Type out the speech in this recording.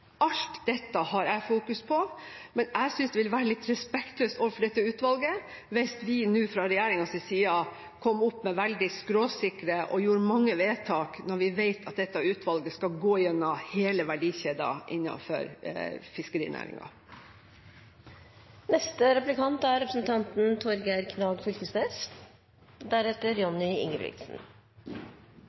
Alt dette fokuserer jeg på, men jeg synes det ville være litt respektløst overfor dette utvalget hvis vi nå fra regjeringens side var veldig skråsikre og gjorde mange vedtak når vi vet at dette utvalget skal gå igjennom hele verdikjeden innenfor fiskerinæringen. Eg ønskjer også å stille spørsmål om lønsemd – eller: Det eigentlege omgrepet vi er